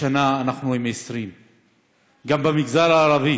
השנה אנחנו עם 20. גם במגזר הערבי